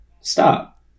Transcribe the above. stop